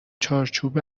چارچوب